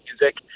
music